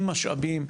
עם משאבים,